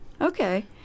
Okay